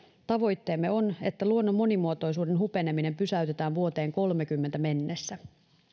tavoitteemme on että luonnon monimuotoisuuden hupeneminen pysäytetään vuoteen kolmessakymmenessä mennessä